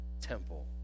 temple